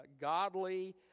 godly